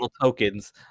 tokens